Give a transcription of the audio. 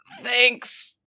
Thanks